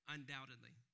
Undoubtedly